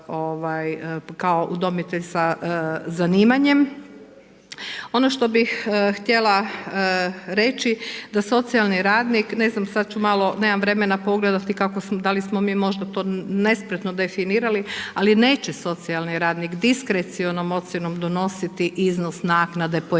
kao udomitelj sa zanimanjem. Ono što bih htjela reći, da socijalni radnik, nemam vremena pogledati da li smo mi možda to nespretno definirali, ali neće socijalni radnik diskrecionom ocjenom donositi iznos naknade pojedinačno,